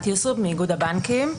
אני מאיגוד הבנקים.